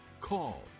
call